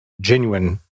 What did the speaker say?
genuine